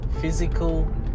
physical